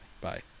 Bye